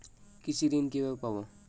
কৃষি ঋন কিভাবে পাব?